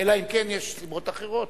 אלא אם כן יש סיבות אחרות.